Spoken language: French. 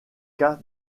cas